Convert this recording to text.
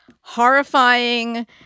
horrifying